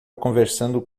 conversando